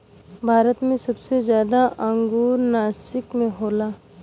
भारत मे सबसे जादा अंगूर नासिक मे होला